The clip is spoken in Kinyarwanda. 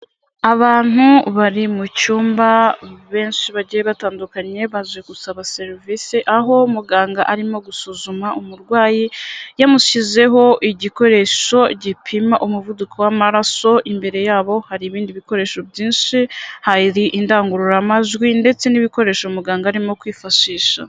Abantu bari mu cyumba benshi bagiye batandukanye baje gusaba serivisi, aho muganga arimo gusuzuma umurwayi yamushyizeho igikoresho gipima umuvuduko w'amaraso, imbere yabo hari ibindi bikoresho byinshi, hari indangururamajwi, ndetse n'ibikoresho muganga arimo kwifashisha.